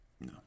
No